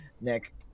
Nick